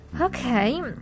Okay